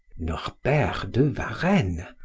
norbert de varenne,